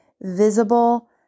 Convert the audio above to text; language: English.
visible